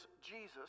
Jesus